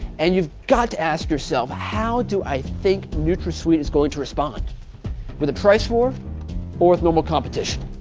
and you've got to ask yourself, how do i think nutrasweet is going to respond with a price war or with normal competition?